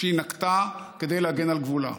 שהיא נקטה כדי להגן על גבולה.